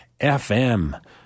FM